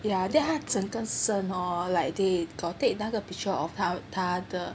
ya then 他整个身 hor like they got take 那个 picture of how 他的